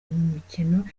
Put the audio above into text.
mikino